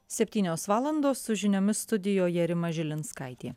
septynios valandos su žiniomis studijoje rima žilinskaitė